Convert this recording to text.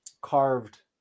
carved